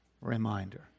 reminder